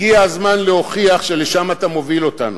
הגיע הזמן להוכיח שלשם אתה מוביל אותנו.